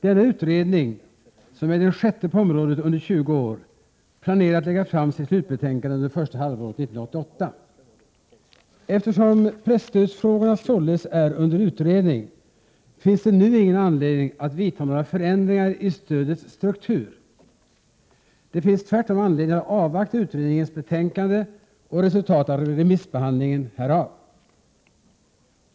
Denna utredning, som är den sjätte på området under 20 år, planerar att lägga fram sitt slutbetänkande under första halvåret 1988. Eftersom presstödsfrågorna således är under utredning finns det nu ingen anledning att företa några förändringar i stödets struktur. Det finns tvärtom anledning att avvakta utredningens betänkande och resultatet av remissbehandlingen härav.